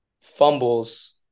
fumbles